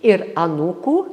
ir anūkų